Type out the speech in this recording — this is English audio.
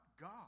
God